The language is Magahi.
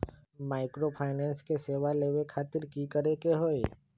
माइक्रोफाइनेंस के सेवा लेबे खातीर की करे के होई?